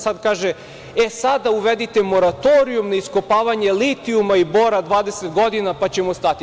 Sad kaže – e, sada uvedite moratorijum na iskopavanje litijuma i Bora 20 godina, pa ćemo stati.